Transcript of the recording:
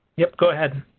yes go ahead.